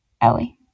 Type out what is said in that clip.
Ellie